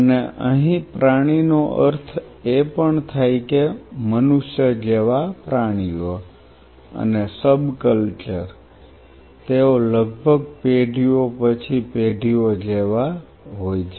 અને અહીં પ્રાણીનો અર્થ એ પણ થાય કે મનુષ્ય જેવા પ્રાણીઓ અને સબકલચર તેઓ લગભગ પેઢીઓ પછી પેઢીઓ જેવા હોય છે